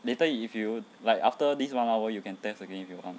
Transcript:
later you if you like after this one hour you can test again if you want